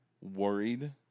worried